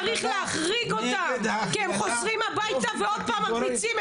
צריך להחריג אותם כי הם חוזרים הביתה ועוד פעם מרביצים.